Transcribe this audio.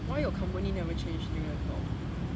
why your company never change new laptop